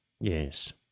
Yes